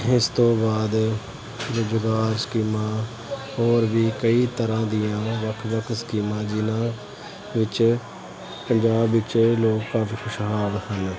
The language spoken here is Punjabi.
ਇਸ ਤੋਂ ਬਾਅਦ ਰੁਜ਼ਗਾਰ ਸਕੀਮਾਂ ਹੋਰ ਵੀ ਕਈ ਤਰ੍ਹਾਂ ਦੀਆਂ ਵੱਖ ਵੱਖ ਸਕੀਮਾਂ ਜਿਹਨਾਂ ਵਿੱਚ ਪੰਜਾਬ ਵਿੱਚ ਲੋਕ ਕਾਫੀ ਖੁਸ਼ਹਾਲ ਹਨ